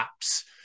apps